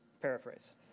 Paraphrase